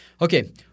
Okay